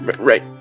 Right